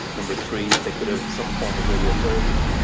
number three, they could have some form of radiotherapy.